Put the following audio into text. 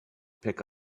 pick